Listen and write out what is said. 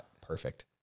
Perfect